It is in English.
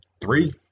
three